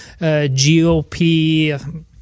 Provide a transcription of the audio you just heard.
GOP